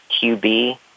QB